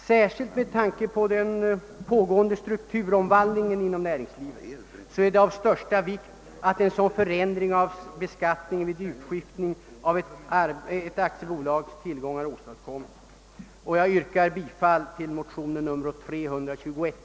Särskilt med tanke på den pågående strukturomvandlingen inom näringslivet är det av största vikt att en sådan förändring av beskattningen vid utskiftning av ett aktiebolags tillgångar åstadkommes. Herr talman! Jag yrkar bifall till motionerna I: 256 och II: 321.